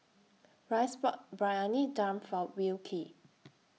Rhys bought Briyani Dum For Wilkie